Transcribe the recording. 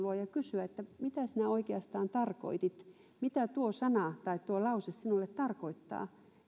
luo ja kysyä että mitä sinä oikeastaan tarkoitit mitä tuo sana tai tuo lause sinulle tarkoittaa